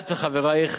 את וחברייך,